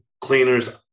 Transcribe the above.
cleaners